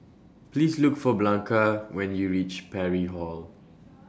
Please Look For Blanca when YOU REACH Parry Hall